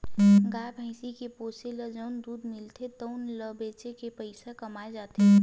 गाय, भइसी के पोसे ले जउन दूद मिलथे तउन ल बेच के पइसा कमाए जाथे